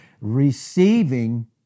receiving